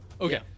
okay